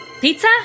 Pizza